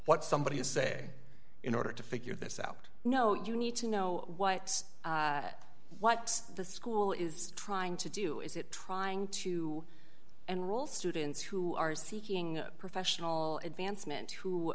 what somebody to say in order to figure this out you know you need to know what's what the school is trying to do is it trying to enroll students who are seeking professional advancement who